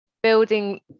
building